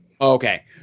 Okay